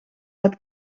met